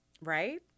Right